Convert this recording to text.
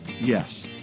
yes